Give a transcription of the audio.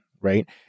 right